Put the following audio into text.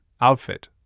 outfit